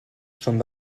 són